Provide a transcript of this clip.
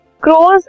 Crows